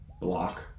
block